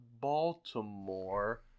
Baltimore